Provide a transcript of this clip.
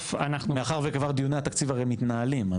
מאחר שכבר דיוני התקציב הרי מתנהלים.